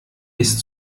ist